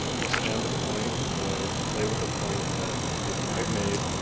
extend a point, or play with a point that maybe i've made,